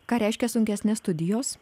ką reiškia sunkesnės studijos